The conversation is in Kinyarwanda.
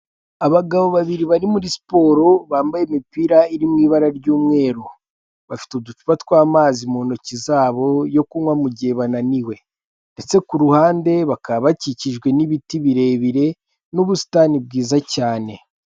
Abagabo babiri bari muri siporo, bambaye imipira iri mu ibara ry'umweru. Bafite uducupa tw'amazi mu ntoki zabo yo kunywa mu gihe bananiwe. Ndetse ku ruhande bakaba bakikijwe n'ibiti birebire n'ubusitani bwiza cyane.